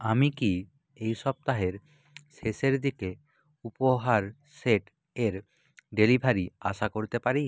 আমি কি এই সপ্তাহের শেষের দিকে উপহার সেট এর ডেলিভারি আশা করতে পারি